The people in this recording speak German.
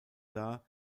dar